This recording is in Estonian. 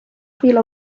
abil